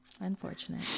unfortunate